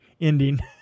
ending